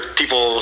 people